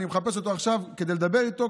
אני מחפש אותו עכשיו כדי לדבר איתו.